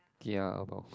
kia about